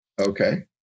Okay